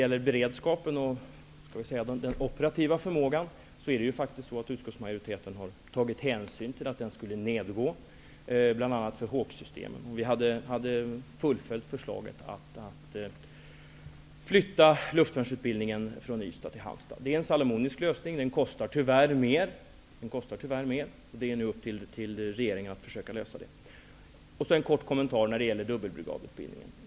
Att beredskapen -- eller vi kanske skall säga den operativa förmågan -- skulle gå ned bl.a. för Hawksystemen, om vi hade fullföljt förslaget att flytta luftvärnsutbildningen från Ystad till Halmstad, har utskottsmajoriteten tagit hänsyn till. Det är en salomonisk lösning som har uppnåtts. Den kostar tyvärr mer, och det är nu upp till regeringen att försöka lösa det problemet. Så en kort kommentar när det gäller dubbelbrigadutbildningen.